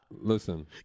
Listen